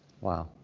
Wow